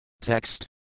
TEXT